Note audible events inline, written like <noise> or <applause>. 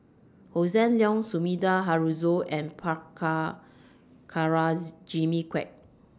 Hossan Leong Sumida Haruzo and <unintelligible> Jimmy Quek